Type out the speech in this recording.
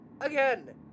again